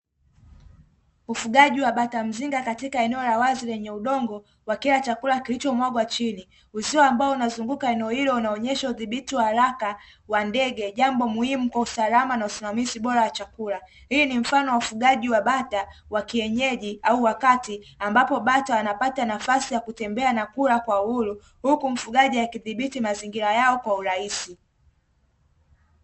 Ufugaji wa bata mzinga katika eneo la wazi lenye udongo, wakila chakula kilichomwagwa chini. Uzio ambao unazunguka eneo hilo unaonyesha udhibiti wa haraka wa ndege, jambo muhimu kwa usalama na usimamizi bora ya chakula. Hii ni mfano wa ufugaji wa bata wa kienyeji au wakati ambapo bata wanapata nafasi ya kutembea na kula kwa uhuru, huku mfugaji akidhibiti mazingira yao kwa urahisi.